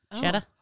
Cheddar